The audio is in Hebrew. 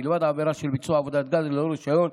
מלבד עבירה של ביצוע עבודת גז ללא רישיון,